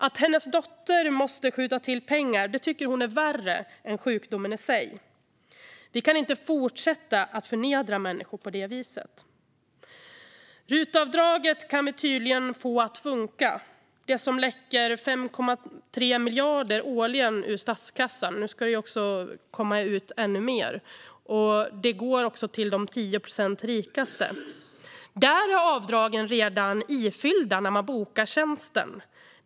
Att hennes dotter måste skjuta till pengar tycker hon är värre än sjukdomen i sig. Vi kan inte fortsätta att förnedra människor på det viset. RUT-avdraget kan vi tydligen få att funka. Detta avdrag läcker 5,3 miljarder årligen ur statskassan, och nu ska det gå ut ännu mer. Det går också till de 10 procent rikaste. Där är avdragen redan ifyllda när man bokar tjänsten.